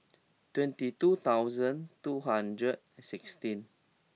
twenty two thousand two hundred and sixteen